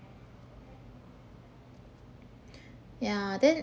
ya then